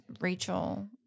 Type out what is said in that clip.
Rachel